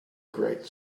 great